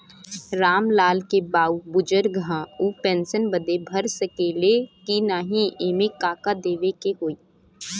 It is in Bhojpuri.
राम लाल के बाऊ बुजुर्ग ह ऊ पेंशन बदे भर सके ले की नाही एमे का का देवे के होई?